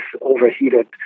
overheated